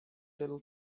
little